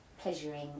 pleasuring